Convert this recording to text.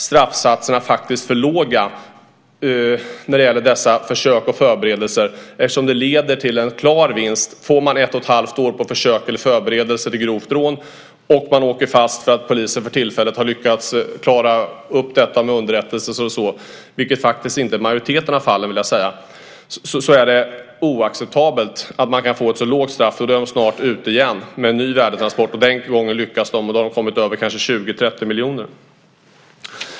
Straffsatserna är faktiskt för låga när det gäller dessa försök och förberedelser eftersom det leder till en klar vinst. Om man blir dömd till ett och ett halvt års fängelse för försök eller förberedelse till grovt rån och har åkt fast för att polisen för tillfället har lyckats klara upp detta med underrättelser och så vidare, vilket inte gäller majoriteten av fallen, är det oacceptabelt att man kan få ett så lågt straff. Då är man snart ute igen och rånar en ny värdetransport. Och den gången lyckas man och har då kanske kommit över 20-30 miljoner.